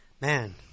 Man